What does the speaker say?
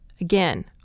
Again